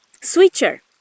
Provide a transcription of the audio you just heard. Switcher